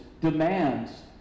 demands